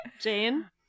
Jane